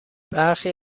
برخی